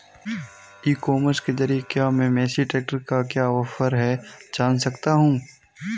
ई commerce के ज़रिए क्या मैं मेसी ट्रैक्टर का क्या ऑफर है जान सकता हूँ?